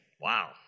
Wow